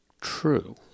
true